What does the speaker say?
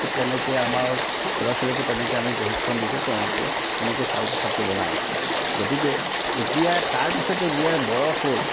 ঠিক তেনেকৈ আমাৰ ল'ৰা ছোৱালীকো তেনেকৈ আমি প্ৰশিক্ষণ দিছোঁ তেওঁলোকে তেনেকৈয়ে চাউল প্ৰসাদটো বনাই গতিকে এতিয়া তাৰপিছতে যেতিয়া বয়স হ'ল